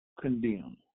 condemn